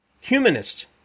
Humanists